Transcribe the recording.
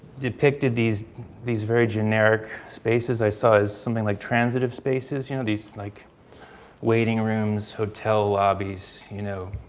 depicted these these very generic spaces i saw as something like transitive spaces, you know these like waiting rooms, hotel, lobbies, you know